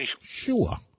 Sure